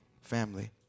family